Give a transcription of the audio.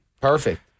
Perfect